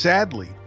Sadly